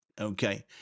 Okay